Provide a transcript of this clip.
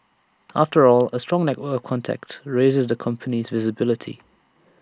after all A strong network of contacts raises the company's visibility